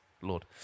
Lord